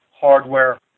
hardware